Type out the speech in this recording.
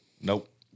Nope